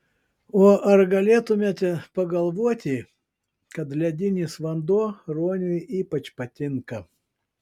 o ar galėtumėte pagalvoti kad ledinis vanduo ruoniui ypač patinka